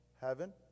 heaven